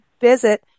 visit